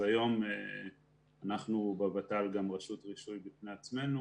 אז היום אנחנו בות"ל גם רשות רישוי בפני עצמנו